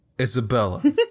Isabella